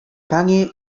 panie